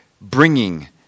bringing